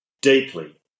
deeply